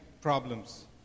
problems